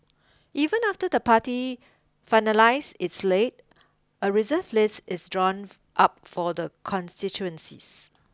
even after the party finalise its slate a reserve list is drawn up for the constituencies